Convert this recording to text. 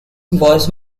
was